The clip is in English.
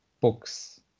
books